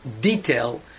detail